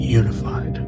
unified